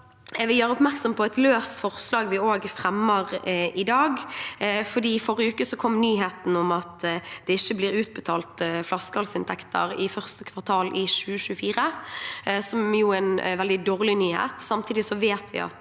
Jeg vil gjøre oppmerksom på et løst forslag som vi også fremmer i dag, for i forrige uke kom nyheten om at det ikke blir utbetalt flaskehalsinntekter i første kvartal i 2024. Det er en veldig dårlig nyhet.